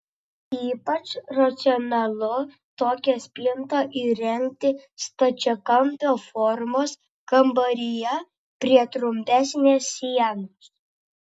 ypač racionalu tokią spintą įrengti stačiakampio formos kambaryje prie trumpesnės sienos